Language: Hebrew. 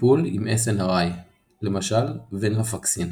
טיפול עם SNRI למשל venlafaxine.